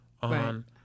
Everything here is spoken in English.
on